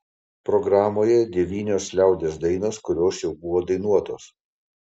programoje devynios liaudies dainos kurios jau buvo dainuotos